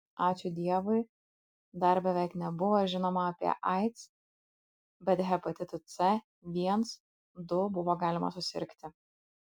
ačiū dievui dar beveik nebuvo žinoma apie aids bet hepatitu c viens du buvo galima susirgti